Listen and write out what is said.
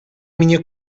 minha